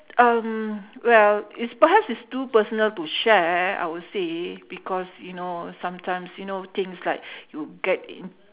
um well it's perhaps it's too personal to share I would say because you know sometimes you know things like you get in